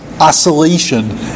oscillation